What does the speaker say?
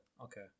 Okay